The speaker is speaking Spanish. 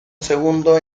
segundo